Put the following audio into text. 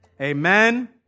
Amen